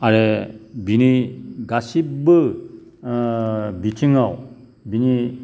आरो बिनि गासिबो बिथिङाव बिनि